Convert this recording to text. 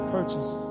Purchase